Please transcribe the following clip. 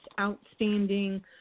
outstanding